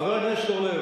חבר הכנסת אורלב,